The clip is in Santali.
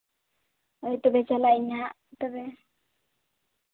ᱦᱳᱭ ᱛᱚᱵᱮ ᱪᱟᱞᱟᱜ ᱟᱹᱧ ᱦᱟᱸᱜ ᱛᱚᱵᱮ